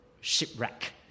shipwreck